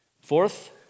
Fourth